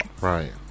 Right